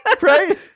Right